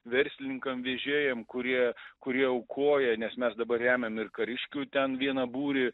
verslininkam vežėjam kurie kurie aukoja nes mes dabar remiam ir kariškių ten vieną būrį